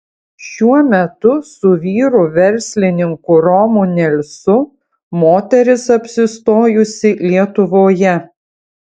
šiuo metu su vyru verslininku romu nelsu moteris apsistojusi lietuvoje